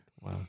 Wow